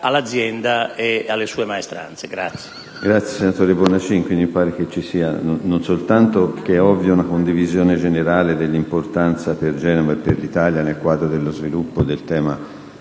all'azienda e alle sue maestranze.